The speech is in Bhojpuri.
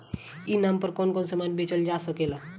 ई नाम पर कौन कौन समान बेचल जा सकेला?